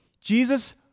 Jesus